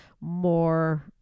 more